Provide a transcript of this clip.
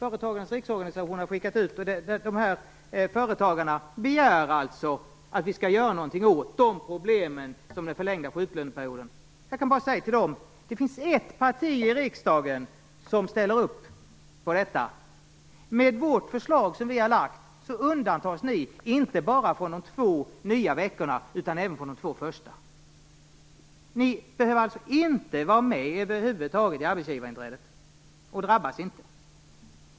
Jag kan säga till dessa företag att det finns ett parti i riksdagen som ställer upp på detta. Vårt förslag innebär att dessa företag undantas inte bara från de två nya veckorna, utan även från de två första. De behöver över huvud taget inte vara med i arbetsgivarinträdet och drabbas inte.